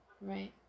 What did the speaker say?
Right